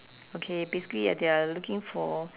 okay basically ya they are looking for